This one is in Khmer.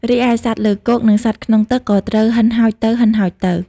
រីឯសត្វលើគោកនិងសត្វក្នុងទឹកក៏ត្រូវហិនហោចទៅៗ។